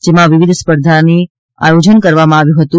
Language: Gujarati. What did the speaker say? જેમાં વિવિધ રમતની સ્પર્ધાઓનું આયોજન કરવામાં આવ્યું હતું